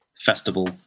festival